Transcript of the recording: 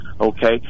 Okay